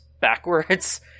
backwards